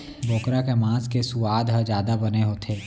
बोकरा के मांस के सुवाद ह जादा बने होथे